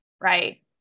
Right